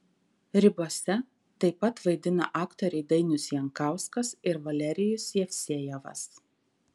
ribose taip pat vaidina aktoriai dainius jankauskas ir valerijus jevsejevas